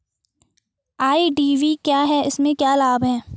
IDV क्या है इसमें क्या लाभ है?